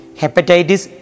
hepatitis